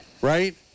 Right